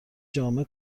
جامع